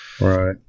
Right